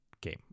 game